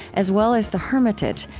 as well as the hermitage,